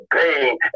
pain